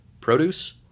Produce